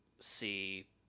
see